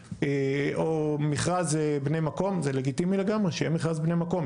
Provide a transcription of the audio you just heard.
או מכרז בני מקום זה לגיטימי לגמרי שיהיה מכרז בני מקום,